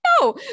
No